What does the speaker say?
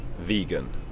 Vegan